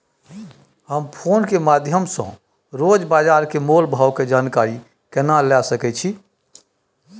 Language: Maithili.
हम फोन के माध्यम सो रोज बाजार के मोल भाव के जानकारी केना लिए सके छी?